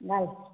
घाल